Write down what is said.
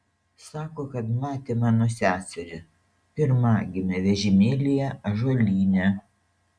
sako kad matė mano seserį pirmagimę vežimėlyje ąžuolyne